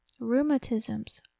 rheumatisms